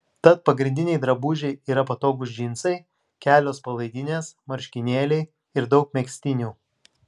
tad pagrindiniai drabužiai yra patogūs džinsai kelios palaidinės marškinėliai ir daug megztinių